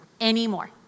anymore